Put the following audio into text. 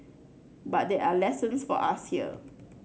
but there are lessons for us here